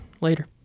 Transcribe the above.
later